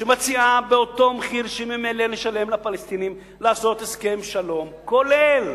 שמציעה באותו מחיר שממילא נשלם לפלסטינים לעשות הסכם שלום כולל,